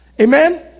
Amen